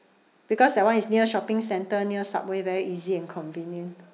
because that one is near shopping center near subway very easy and convenient